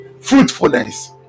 Fruitfulness